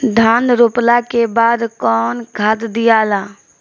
धान रोपला के बाद कौन खाद दियाला?